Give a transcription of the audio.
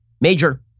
major